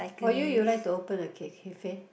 for you you like to open a ca~ cafe